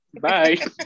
Bye